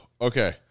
okay